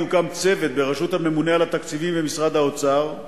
יוקם צוות בראשות הממונה על התקציבים במשרד האוצר,